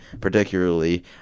particularly